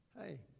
hey